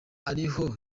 ariho